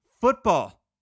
football